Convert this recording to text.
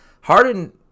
Harden